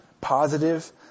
positive